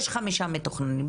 יש חמישה מתוכננים.